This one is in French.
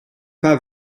pas